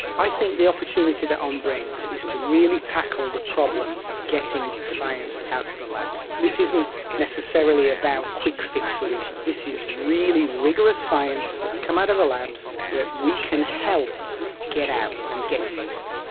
i think the opportunity that on brings is to really tackle the problem of getting science out of the labs. this isn't necessarily about quick fix solutions, this is really rigorous science that's come out of the labs that we can help get out and get used.